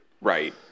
Right